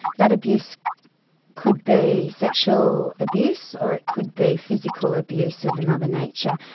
that abuse could be sexual abuse, or it could be physical abuse of another nature.